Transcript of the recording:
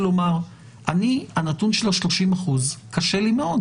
הנותן של ה-30% קשה לי מאוד